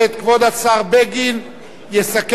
כבוד השר בגין יסכם את